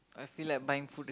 I feel like buying food